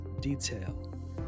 detail